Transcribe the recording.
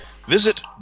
visit